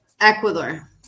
Ecuador